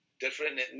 different